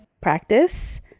practice